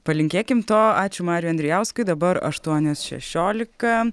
palinkėkim to ačiū mariui andrijauskui dabar aštuonios šešiolika